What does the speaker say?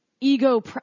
ego